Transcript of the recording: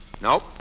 Nope